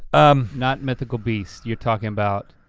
um not mythical beasts you're talking about.